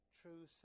true